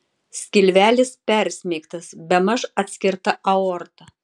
skilvelis persmeigtas bemaž atskirta aorta